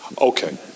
Okay